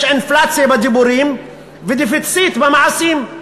יש אינפלציה בדיבורים ודפיציט במעשים.